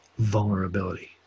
vulnerability